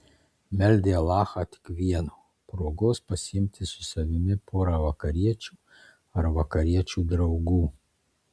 meldė alachą tik vieno progos pasiimti su savimi porą vakariečių ar vakariečių draugų